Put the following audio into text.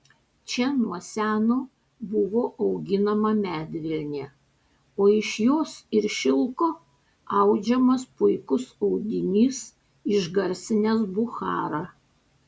čia nuo seno buvo auginama medvilnė o iš jos ir šilko audžiamas puikus audinys išgarsinęs bucharą